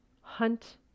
hunt